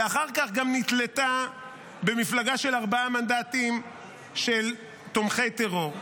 ואחר כך גם נתלתה במפלגה של ארבעה מנדטים של תומכי טרור,